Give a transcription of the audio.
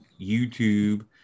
youtube